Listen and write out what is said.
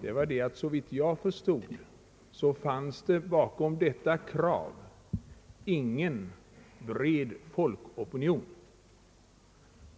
var att såvitt jag förstod, fanns det inte någon bred folkopinion bakom detta krav.